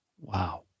Wow